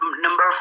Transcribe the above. Number